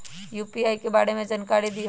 UPI के बारे में जानकारी दियौ?